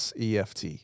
EFT